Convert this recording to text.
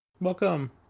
Welcome